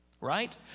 right